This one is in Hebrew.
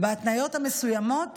בהתניות המסוימות.